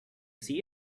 see